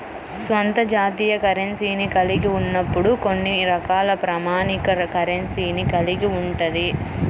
స్వంత జాతీయ కరెన్సీని కలిగి ఉన్నప్పుడు కొన్ని రకాల ప్రామాణిక కరెన్సీని కలిగి ఉంటది